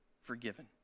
forgiven